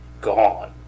gone